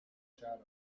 shadows